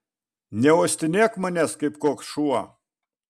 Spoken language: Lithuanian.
neuostinėk manęs kaip koks šuo